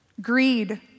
greed